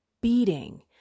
beating